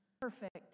perfect